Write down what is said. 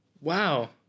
Wow